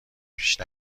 پیش